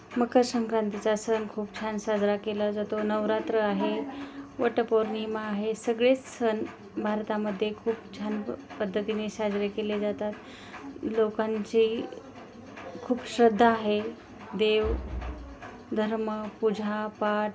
मकर संंक्रांतीचा सण खूप छान साजरा केला जातो नवरात्र आहे वटपौर्णिमा आहे सगळेच सण भारतामध्ये खूप छान प पद्धतीने साजरे केले जातात लोकांची खूप श्रद्धा आहे देव धर्म पूजापाट